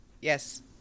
yes